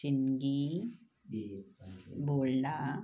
शिनगी बोलडा